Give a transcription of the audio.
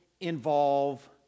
involve